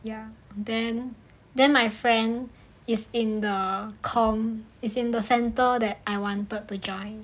ya then then my friend is in the com is in the centre that I wanted to join